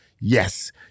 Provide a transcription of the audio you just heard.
Yes